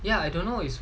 ya I don't know it's